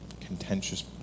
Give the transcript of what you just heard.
contentious